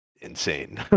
insane